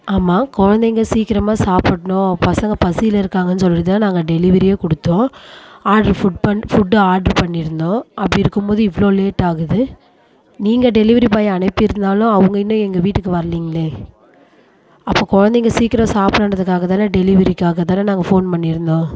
ஆமாம் குழந்தைங்க சீக்கிரமாக சாப்பிட்ணும் பசங்க பசியில் இருக்காங்கன்னு சொல்லிட்டுதான் நாங்கள் டெலிவரியே கொடுத்தோம் ஆட்ர் ஃபுட் பண் ஃபுட் ஆட்ர் பண்ணியிருந்தோம் அப்படி இருக்கும்போது இவ்வளோ லேட் ஆகுது நீங்கள் டெலிவரி பாய் அனுப்பியிருந்தாலும் அவங்க இன்னும் எங்கள் வீட்டுக்கு வர்லைங்களே அப்போ குழந்தைங்க சீக்கிரம் சாப்பிடணுன்றதுக்காகதான டெலிவரிக்காகதானே நாங்கள் ஃபோன் பண்ணியிருந்தோம்